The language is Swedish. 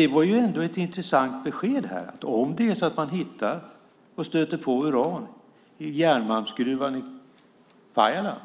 Det var dock ett intressant besked vi fick, nämligen att om man stöter på uran i järnmalmsgruvan i Pajala